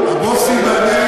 את יודעת מה?